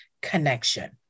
connection